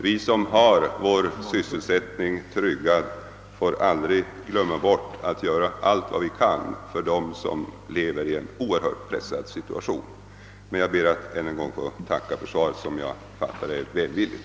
Vi som har vår sysselsättning tryggad får aldrig glömma att göra allt vad vi kan för dem som lever under så oerhört pressade förhållanden. Jag ber att än en gång få tacka för svaret, som jag uppfattar som ganska välvilligt.